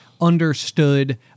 understood